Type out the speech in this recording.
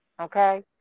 Okay